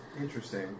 Interesting